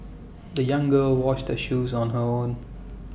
the young girl washed her shoes on her own